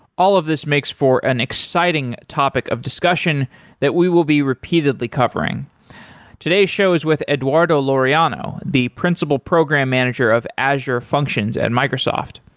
all of these makes for an exciting topic of discussion that we will be repeatedly covering today's show is with eduardo laureano, the principal program manager of azure functions at microsoft.